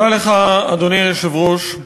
אדוני היושב-ראש,